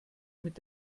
mit